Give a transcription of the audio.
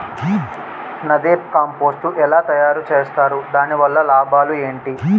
NADEP compost ఎలా తయారు చేస్తారు? దాని వల్ల లాభాలు ఏంటి?